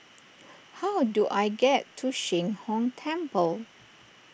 how do I get to Sheng Hong Temple